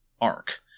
arc